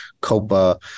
copa